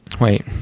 Wait